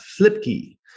FlipKey